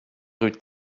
rue